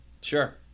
Sure